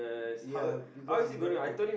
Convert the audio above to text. ya because it's gonna be